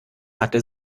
hatte